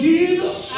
Jesus